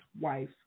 wife